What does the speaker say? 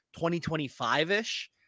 2025-ish